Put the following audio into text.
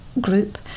group